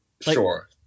Sure